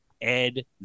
Ed